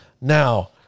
now